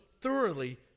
thoroughly